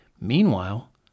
Meanwhile